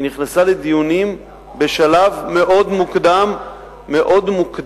היא נכנסה לדיונים בשלב מאוד מוקדם בקדנציה,